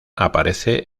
aparece